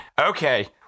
Okay